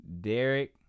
Derek